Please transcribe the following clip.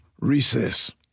recess